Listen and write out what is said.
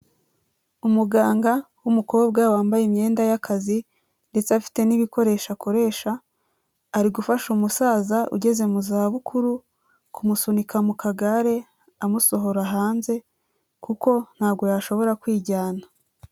Umuganga w'umukobwa wambaye imyenda yakazi, ndetse afite n'ibikoresho akoresha, ari gufasha umusaza ugeze mu zabukuru, kumusunika mu kagare amusohora hanze, kuko ntabwo yashobora kwijyana.